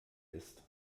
ist